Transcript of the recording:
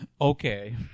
okay